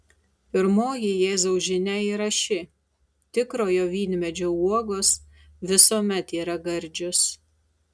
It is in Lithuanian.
pirmoji jėzaus žinia yra ši tikrojo vynmedžio uogos visuomet yra gardžios